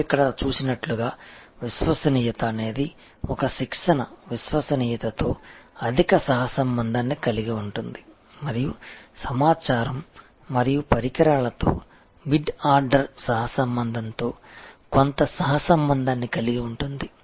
మీరు ఇక్కడ చూసినట్లుగా విశ్వసనీయత అనేది ఒక శిక్షణ విశ్వసనీయతతో అధిక సహసంబంధాన్ని కలిగి ఉంటుంది మరియు సమాచారం మరియు పరికరాలతో మిడ్ ఆర్డర్ సహసంబంధంతో కొంత సహసంబంధాన్ని కలిగి ఉంటుంది